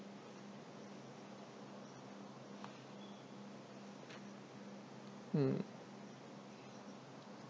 mm